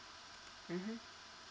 mm